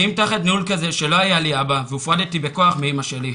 האם תחת ניהול כזה שלא היה לי אבא והופרדתי בכוח מאימא שלי,